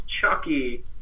Chucky